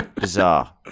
Bizarre